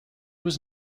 was